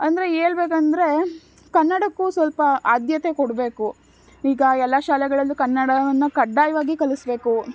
ಅಂದರೆ ಹೇಳ್ಬೇಕಂದ್ರೆ ಕನ್ನಡಕ್ಕೂ ಸ್ವಲ್ಪ ಆದ್ಯತೆ ಕೊಡಬೇಕು ಈಗ ಎಲ್ಲ ಶಾಲೆಗಳಲ್ಲೂ ಕನ್ನಡವನ್ನು ಕಡ್ಡಾಯವಾಗಿ ಕಲಿಸ್ಬೇಕು